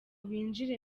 binjire